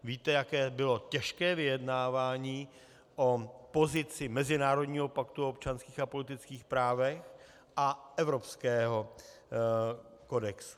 Víte, jak těžké bylo vyjednávání o pozici mezinárodní paktu o občanských a politických právech a evropského kodexu.